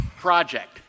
project